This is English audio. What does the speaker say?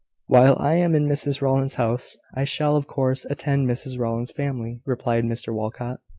while i am in mrs rowland's house, i shall, of course, attend mrs rowland's family, replied mr walcot.